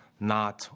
not